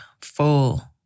full